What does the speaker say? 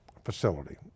facility